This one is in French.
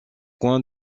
coin